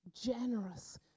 generous